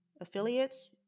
Affiliates